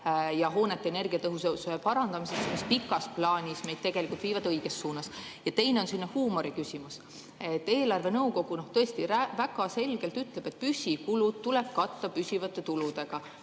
ja hoonete energiatõhususe parandamisse, mis pikas plaanis viivad meid tegelikult õiges suunas. Ja teine on selline huumoriküsimus. Eelarvenõukogu tõesti väga selgelt ütleb, et püsikulud tuleb katta püsivate tuludega.